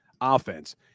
offense